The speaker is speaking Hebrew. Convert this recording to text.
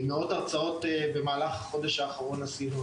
מאות הרצאות במהלך החודש האחרון עשינו.